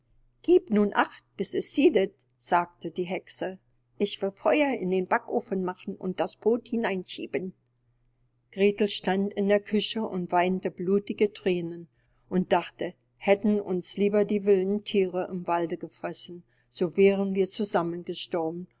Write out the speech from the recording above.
gieb nun acht bis es siedet sagte die hexe ich will feuer in den backofen machen und das brod hineinschieben gretel stand in der küche und weinte blutige thränen und dachte hätten uns lieber die wilden thiere im walde gefressen so wären wir